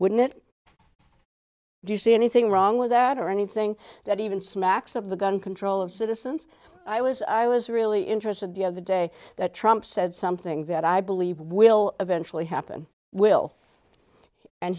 wouldn't it do you see anything wrong with that or anything that even smacks of the gun control of citizens i was i was really interested the other day that trump said something that i believe will eventually happen will and